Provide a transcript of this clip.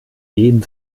jeden